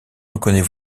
reconnaît